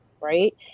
Right